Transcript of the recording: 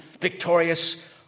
victorious